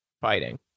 fighting